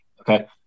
okay